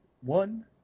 one